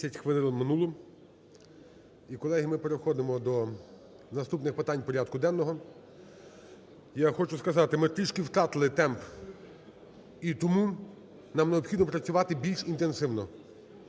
хвилин минуло. І, колеги, ми переходимо до наступних питань порядку денного. Я хочу сказати, ми трішки втратили темп, і тому нам необхідно працювати більш інтенсивно.